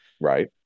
Right